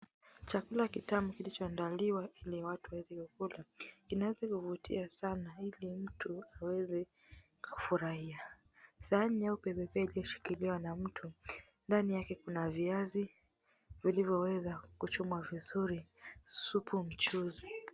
Chakula kitamu kilichoandaliwa ili watu waweze kula, kinachovutia sana ili mtu aweze kufurahia. Sahani nyeupe pepepe kimeshikiliwa na mtu. Ndani yake kuna viazi vilivyoweza kuchomwa vizuri, supu mchuzi.